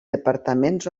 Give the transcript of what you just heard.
departaments